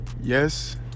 Yes